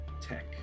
Tech